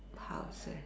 house set